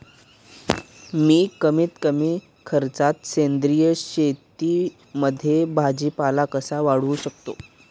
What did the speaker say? मी कमीत कमी खर्चात सेंद्रिय शेतीमध्ये भाजीपाला कसा वाढवू शकतो?